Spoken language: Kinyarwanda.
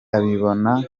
abibona